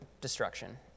Destruction